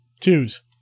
Twos